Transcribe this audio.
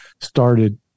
started